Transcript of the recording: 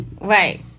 right